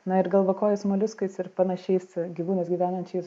na ir galvakojais moliuskais ir panašiais gyvūnais gyvenančiais